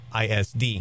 ISD